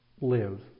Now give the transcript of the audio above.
live